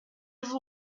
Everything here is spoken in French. vous